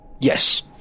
yes